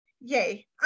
yay